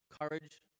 Courage